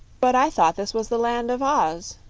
but i thought this was the land of oz,